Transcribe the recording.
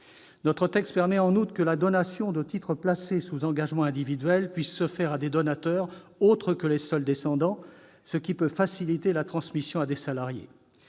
Notre texte permet, en outre, que la donation de titres placés sous engagement individuel puisse se faire à des donataires autres que les seuls descendants, ce qui peut faciliter la transmission à des salariés.